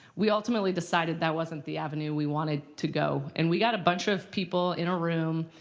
we ultimately decided that wasn't the avenue we wanted to go. and we got a bunch of people in a room,